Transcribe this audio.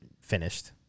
finished